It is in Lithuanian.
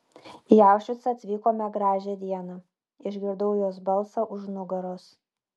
į aušvicą atvykome gražią dieną išgirdau jos balsą už nugaros